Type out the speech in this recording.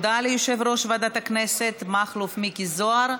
הודעה ליושב-ראש ועדת הכנסת מכלוף מיקי זוהר.